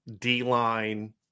D-line